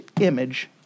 image